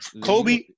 Kobe